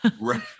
Right